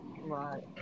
Right